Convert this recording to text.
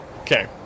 Okay